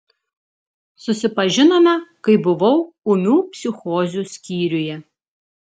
susipažinome kai buvau ūmių psichozių skyriuje